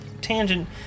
tangent